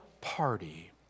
party